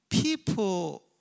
People